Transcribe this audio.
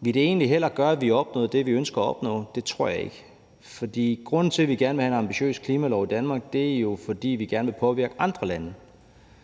ville det egentlig gøre det, som vi ønsker at opnå? Det tror jeg ikke. For grunden til, at vi gerne vil have en ambitiøs klimalov i Danmark, er jo, at vi gerne vil påvirke andre lande.